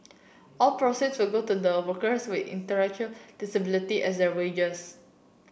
all proceeds go to the workers with intellectual disability as their wages